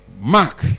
Mark